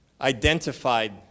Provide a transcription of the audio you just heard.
identified